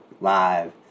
live